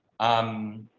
um,